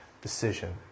decision